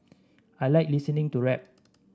I like listening to rap